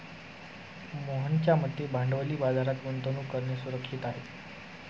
मोहनच्या मते भांडवली बाजारात गुंतवणूक करणं सुरक्षित आहे